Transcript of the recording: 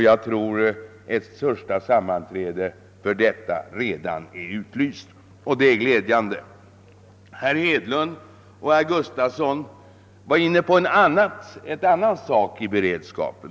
Jag tror, att ett första sammanträde för detta redan är utlyst, och det är glädjande. Herr Hedlund och herr Gustafson i Göteborg var inne på en annan sak beträffande beredskapen.